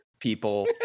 people